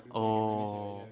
oh